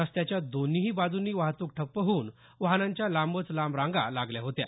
रस्त्याच्या दोन्हीही बाजूंनी वाहतूक ठप्प होऊन वाहनांच्या लांबच लांब रांगा लागल्या होत्या